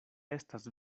estas